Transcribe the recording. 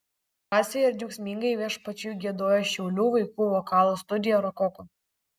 drąsiai ir džiaugsmingai viešpačiui giedojo šiaulių vaikų vokalo studija rokoko